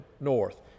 north